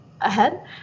ahead